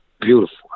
beautiful